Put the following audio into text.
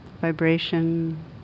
vibration